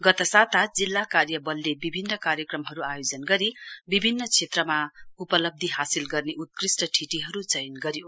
गत साता जिल्ला कार्य वलले विभिन्न कार्यक्रमहरु आयोजन गरी बिभिन्न क्षेत्रमा उपलब्ध हासिल गर्ने उतकृष्ट ठिटीहरु चयन गर्यो